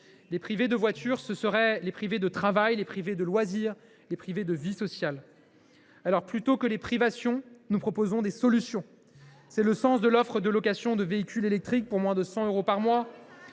Les priver de voiture, ce serait les priver de travail, les priver de loisirs, les priver de vie sociale. Alors, plutôt que des privations, nous proposons des solutions. Tel est le sens de l’offre de location de véhicules électriques pour moins de 100 euros par mois.